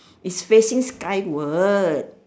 it's facing skywards